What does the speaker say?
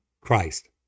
Christ